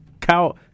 cow